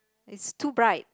is too bright